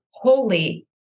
Holy